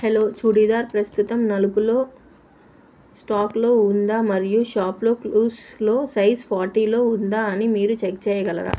hello churidar ప్రస్తుతం నలుపులో స్టాక్లో ఉందా మరియు షాప్లో క్లూస్స్లో సైజ్ ఫార్టీలో ఉందా అని మీరు చెక్ చేయగలరా